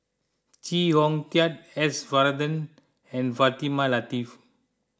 Chee Hong Tat S Varathan and Fatimah Lateef